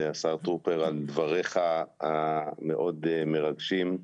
והשר טרופר, על דבריך המאוד מרגשים.